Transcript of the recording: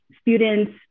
students